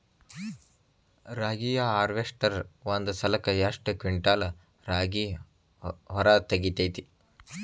ರಾಗಿಯ ಹಾರ್ವೇಸ್ಟರ್ ಒಂದ್ ಸಲಕ್ಕ ಎಷ್ಟ್ ಕ್ವಿಂಟಾಲ್ ರಾಗಿ ಹೊರ ತೆಗಿತೈತಿ?